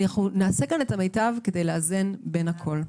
נעשה הכול כדי לאזן בין הכול.